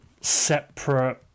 separate